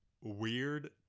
weird